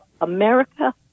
America